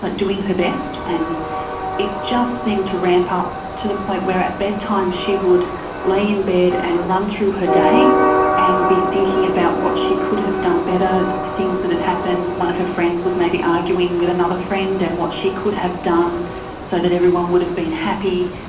but doing her best, and it just seemed to ramp up to the point where at bedtime she would lay in bed and run through her day and be thinking about what she could have done better, things that had happened, one of her friends was maybe arguing with another friend and what she could have done so that everyone would have been happy.